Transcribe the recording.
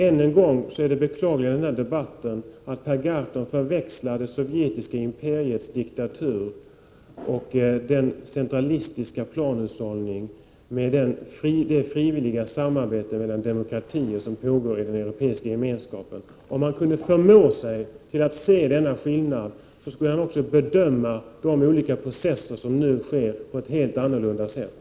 Än en gång vill jag säga att det beklagliga i den här debatten är att Per Gahrton förväxlar det sovjetiska imperiets diktatur och den centralistiska planhushållningen med det frivilliga samarbete mellan demokratier som pågår inom den europeiska gemenskapen. Om Per Gahrton kunde förmå sig att se denna skillnad, skulle han också bedöma de olika processer som nu pågår på ett helt annat sätt.